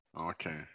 Okay